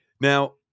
Now